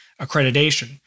accreditation